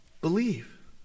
Believe